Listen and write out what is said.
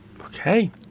Okay